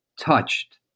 touched